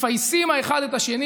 מפייסים האחד את השני,